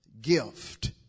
gift